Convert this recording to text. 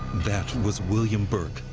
that was william burke,